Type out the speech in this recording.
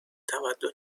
تمدن